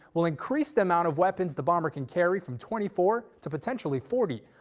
will increase the amount of weapons the bomber can carry from twenty four to potentially forty,